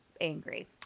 angry